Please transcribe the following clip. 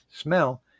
smell